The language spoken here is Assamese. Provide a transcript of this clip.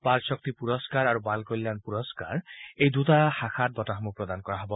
বাল শক্তি পুৰস্কাৰ আৰু বাল কল্যাণ পুৰস্কাৰ এই দুটা শাখাত বঁটাসমূহ প্ৰদান কৰা হব